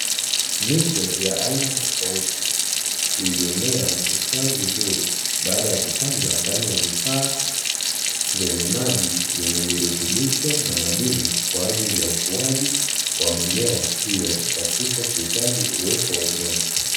Miche ya aina tofauti iliyomea na kustawi vizuri baada ya kupandwa ndani ya vifaa, vyenye maji yenye virutubisho na madini kwa ajili ya ukuaji wa mimea hiyo pasipo kuhitaji uwepo wa udongo.